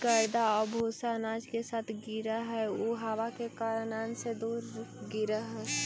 जे गर्दा आउ भूसा अनाज के साथ गिरऽ हइ उ हवा के कारण अन्न से दूर गिरऽ हइ